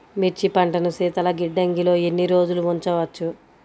మిర్చి పంటను శీతల గిడ్డంగిలో ఎన్ని రోజులు ఉంచవచ్చు?